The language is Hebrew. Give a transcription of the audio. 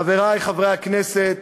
חברי חברי הכנסת,